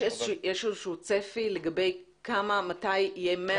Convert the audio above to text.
יש איזשהו צפי לגבי כמה ומתי יהיו 100 אחוזים?